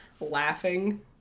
laughing